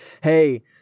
Hey